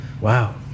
wow